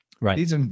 Right